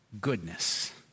goodness